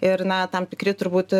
ir na tam tikri turbūt